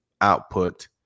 output